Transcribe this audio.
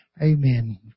Amen